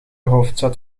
hoofdstad